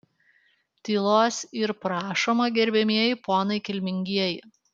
tylos yr prašoma gerbiamieji ponai kilmingieji